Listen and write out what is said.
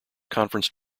conference